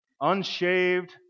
unshaved